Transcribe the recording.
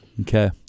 Okay